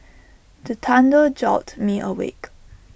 the thunder jolt me awake